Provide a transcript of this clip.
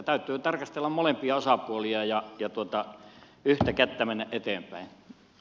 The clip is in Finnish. täytyy tarkastella molempia osapuolia ja yhtä kättä mennä eteenpäin